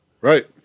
Right